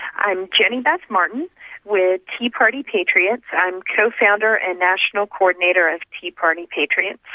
i'm jenny beth martin with tea party patriots. i'm co-founder and national coordinator of tea party patriots.